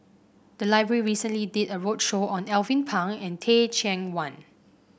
the library recently did a roadshow on Alvin Pang and Teh Cheang Wan